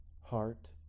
heart